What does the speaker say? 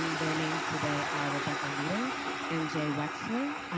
um their names today are rebecca leader and jay wechsler.